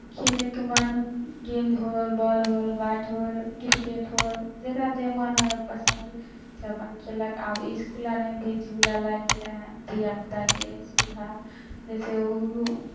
खेलैके बाद गेन्द होल बॉल होल बैट होल किरकेट होल जकरा जे मोन होइ पसन्दसँ अपन खेललक आब इसकुल आरमे भी झूला लागि गेलै हन धियापुताकेँ सुविधा जइसे ओ